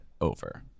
over